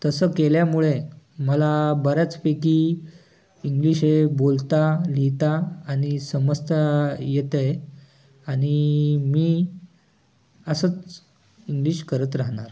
तसं केल्यामुळे मला बऱ्याचपैकी इंग्लिश हे बोलता लिहिता आणि समजता येतं आहे आणि मी असंच इंग्लिश करत राहणार